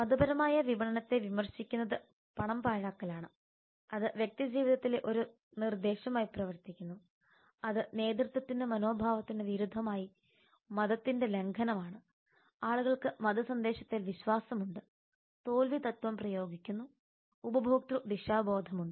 മതപരമായ വിപണനത്തെ വിമർശിക്കുന്നത് പണം പാഴാക്കലാണ് അത് വ്യക്തിജീവിതത്തിലെ ഒരു നിർദ്ദേശമായി പ്രവർത്തിക്കുന്നു അത് നേതൃത്വത്തിന്റെ മനോഭാവത്തിന് വിരുദ്ധമായി മതത്തിന്റെ ലംഘനമാണ് ആളുകൾക്ക് മത സന്ദേശത്തിൽ വിശ്വാസമുണ്ട് തോൽവി തത്വം പ്രയോഗിക്കുന്നു ഉപഭോക്തൃ ദിശാബോധമുണ്ട്